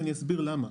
ואסביר למה.